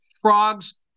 frogs